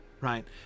right